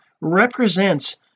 represents